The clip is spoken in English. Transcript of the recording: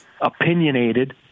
opinionated